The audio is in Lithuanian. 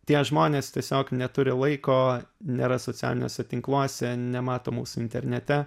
tie žmonės tiesiog neturi laiko nėra socialiniuose tinkluose nemato mūsų internete